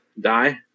die